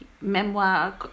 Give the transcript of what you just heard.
memoir